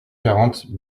quarante